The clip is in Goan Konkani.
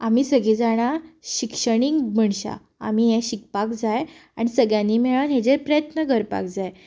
आमी सगळीं जाणां शिक्षणीक मनशां आमी हें शिकपाक जाय आनी सगळ्यांनी मेळून हेजेर प्रयत्न करपाक जाय